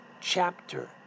chapter